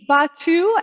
batu